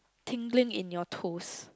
tingling in your toes